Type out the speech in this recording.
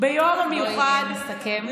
בואי נסכם.